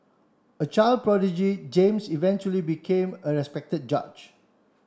a child prodigy James eventually became a respected judge